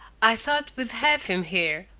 i thought we'd have him here,